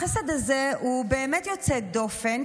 החסד הזה הוא באמת יוצא דופן,